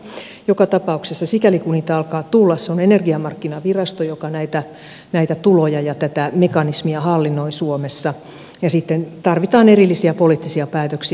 mutta joka tapauksessa sikäli kuin niitä alkaa tulla se on energiamarkkinavirasto joka näitä tuloja ja tätä mekanismia hallinnoi suomessa ja sitten tarvitaan erillisiä poliittisia päätöksiä